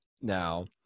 now